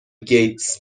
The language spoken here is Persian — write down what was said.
گیتس